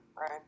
right